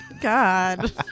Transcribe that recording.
God